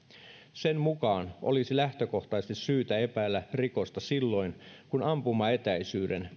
sen mukaan olisi lähtökohtaisesti syytä epäillä rikosta silloin kun ampumaetäisyyden